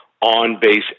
on-base